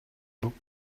looked